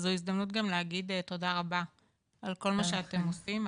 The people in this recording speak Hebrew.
וזו הזדמנות גם להגיד תודה רבה על כל מה שאתם עושים.